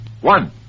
One